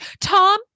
tom